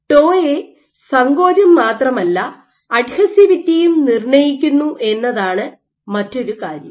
to യെ സങ്കോചം മാത്രമല്ല അഡ്ഹസിവിറ്റിയും നിർണ്ണയിക്കുന്നു എന്നതാണ് മറ്റൊരു കാര്യം